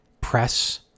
press